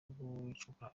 gucukura